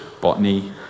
Botany